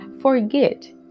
forget